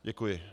Děkuji.